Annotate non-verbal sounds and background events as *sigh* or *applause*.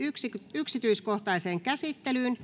yksityiskohtaiseen käsittelyyn *unintelligible*